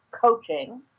coaching